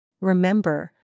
Remember